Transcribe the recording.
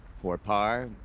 for par,